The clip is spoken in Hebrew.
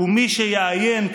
מי שיעיין,